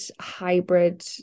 hybrid